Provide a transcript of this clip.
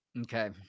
Okay